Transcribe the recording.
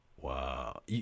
Wow